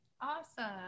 Awesome